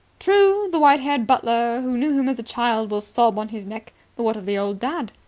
true, the white-haired butler who knew him as a child will sob on his neck, but what of the old dad?